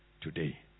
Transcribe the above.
today